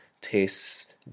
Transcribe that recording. tastes